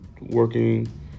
working